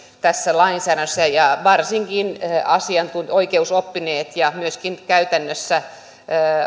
tässä lainsäädännössä ja varsinkin oikeusoppineet ja myöskin käytännössä